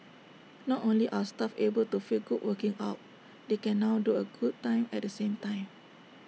not only are staff able to feel good working out they can now do A good time at the same time